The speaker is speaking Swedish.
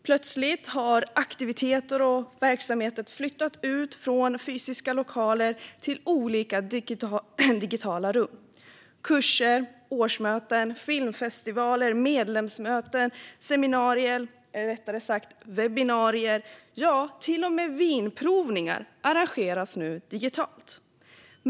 Plötsligt har aktiviteter och verksamheter flyttat ut från fysiska lokaler till olika digitala rum. Kurser, årsmöten, filmfestivaler, medlemsmöten, seminarier, eller rättare sagt webbinarier, ja, till och med vinprovningar arrangeras nu digitalt.